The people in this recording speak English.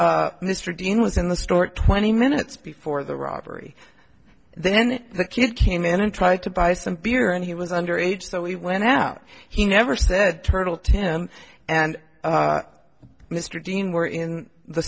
turtle mr dean was in the store twenty minutes before the robbery then the kid came in and tried to buy some beer and he was under age so he went out he never said turtle to him and mr dean were in the